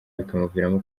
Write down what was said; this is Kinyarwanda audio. bikamuviramo